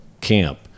camp